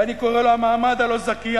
ואני קורא לו המעמד הלא-זכיין,